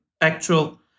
actual